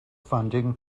funding